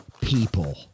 people